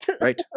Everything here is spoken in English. Right